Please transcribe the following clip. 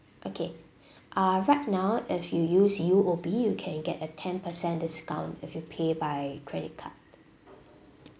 okay uh right now if you use U_O_B you can get a ten percent discount if you pay by credit card